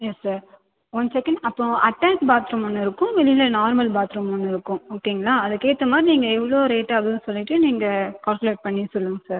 S sir one second அப்புறம் attach bathroom ஒன்று இருக்கும் வெளியில் நார்மல் பாத் ரூம் ஒன்று இருக்கும் ஓகேங்களா அதுக்கேற்ற மாதிரி நீங்கள் எவ்வளோ ரேட் ஆகும்னு சொல்லிவிட்டு நீங்கள் கால்குலேட் பண்ணி சொல்லுங்கள் சார்